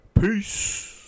peace